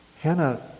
Hannah